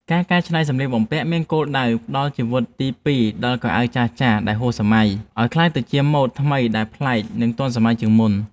ការកែច្នៃសម្លៀកបំពាក់មានគោលដៅផ្ដល់ជីវិតទីពីរដល់ខោអាវចាស់ៗដែលហួសសម័យ ឱ្យក្លាយជាម៉ូដថ្មីដែលប្លែក និងទាន់សម័យជាងមុន។